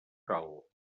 cal